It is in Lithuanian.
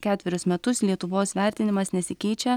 ketverius metus lietuvos vertinimas nesikeičia